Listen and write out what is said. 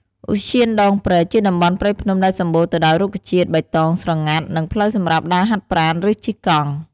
ឧទ្យានដងព្រែក ជាតំបន់ព្រៃភ្នំដែលសម្បូរទៅដោយរុក្ខជាតិបៃតងស្រងាត់ និងផ្លូវសម្រាប់ដើរហាត់ប្រាណ ឬជិះកង់។